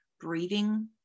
breathing